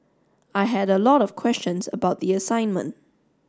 I had a lot of questions about the assignment